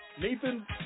Nathan